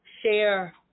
share